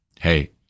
hey